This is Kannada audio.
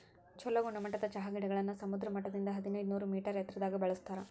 ಚೊಲೋ ಗುಣಮಟ್ಟದ ಚಹಾ ಗಿಡಗಳನ್ನ ಸಮುದ್ರ ಮಟ್ಟದಿಂದ ಹದಿನೈದನೂರ ಮೇಟರ್ ಎತ್ತರದಾಗ ಬೆಳೆಸ್ತಾರ